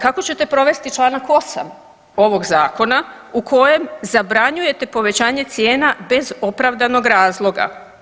Kako ćete provesti čl. 8. ovog zakona u kojem zabranjujete povećanje cijena bez opravdanog razloga?